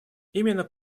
именно